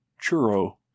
churro